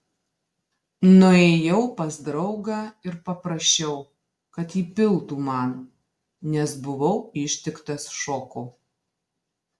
nuėjau pas draugą ir paprašiau kad įpiltų man nes buvau ištiktas šoko